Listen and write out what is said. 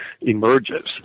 emerges